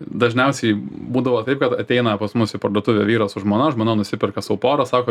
dažniausiai būdavo taip kad ateina pas mus į parduotuvę vyras su žmona žmona nusiperka sau porą sako